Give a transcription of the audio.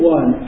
one